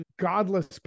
godless